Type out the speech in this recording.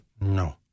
No